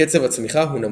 קצב הצמיחה הוא נמוך.